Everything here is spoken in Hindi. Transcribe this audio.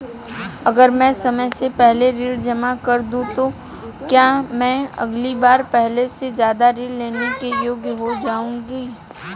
अगर मैं समय से पहले ऋण जमा कर दूं तो क्या मैं अगली बार पहले से ज़्यादा ऋण लेने के योग्य हो जाऊँगा?